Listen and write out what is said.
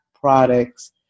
products